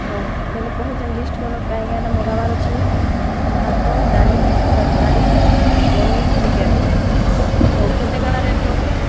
ହଉ ମୁଇଁ ହେଲେ କହୁଚେଁ ଲିଷ୍ଟ୍ କର କାଁ କାଁଟା ମଗାବାର ଅଛେ ଯେ ଭାତ ଡାଲି ତରକାରୀ ପନିର୍ ଚିକେନ୍ ହଉ କେତେ କାଣା ରେଟ୍ ନଉଛ